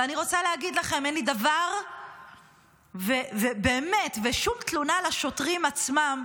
ואני רוצה להגיד לכם: אין לי דבר ושום תלונה על השוטרים עצמם,